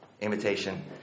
Imitation